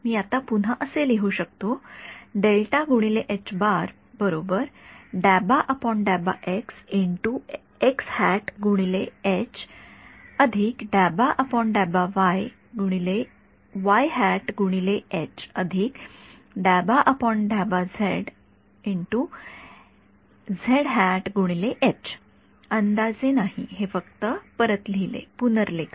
तर मी आता पुन्हा असे लिहू शकतो अंदाजे नाही हे फक्त पुनर्लेखन